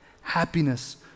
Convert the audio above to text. Happiness